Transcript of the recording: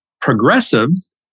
progressives